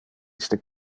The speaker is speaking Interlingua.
iste